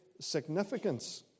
significance